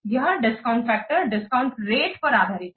यह discount factor discount रेटपर आधारित है